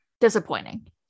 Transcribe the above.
disappointing